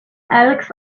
elks